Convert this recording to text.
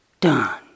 Done